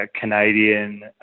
Canadian